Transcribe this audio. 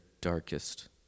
darkest